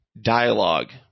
dialogue